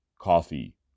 Coffee